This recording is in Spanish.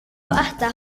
hasta